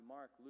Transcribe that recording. Mark